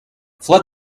flood